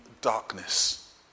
darkness